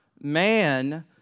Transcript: man